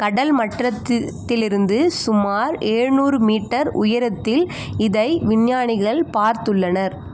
கடல் மட்டத்தித்திலிருந்து சுமார் எழநூறு மீட்டர் உயரத்தில் இதை விஞ்ஞானிகள் பார்த்துள்ளனர்